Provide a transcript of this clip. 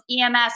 EMS